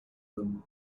then